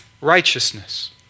righteousness